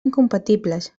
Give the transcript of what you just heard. incompatibles